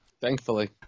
thankfully